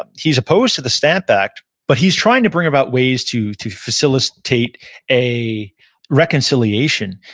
but he's opposed to the stamp act, but he's trying to bring about ways to to facilitate a reconciliation,